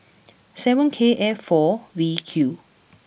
seven K F four V Q